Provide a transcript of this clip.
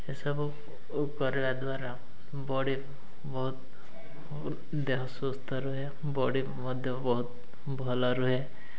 ଏସବୁ କରିବା ଦ୍ୱାରା ବଡ଼ି ବହୁତ ଦେହ ସୁସ୍ଥ ରୁହେ ବଡ଼ି ମଧ୍ୟ ବହୁତ ଭଲ ରୁହେ